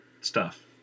stuff